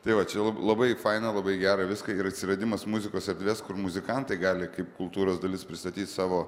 tai va čia labai faina labai gera viską ir atsiradimas muzikos erdvės kur muzikantai gali kaip kultūros dalis pristatyti savo